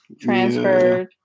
transferred